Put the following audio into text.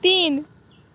तीन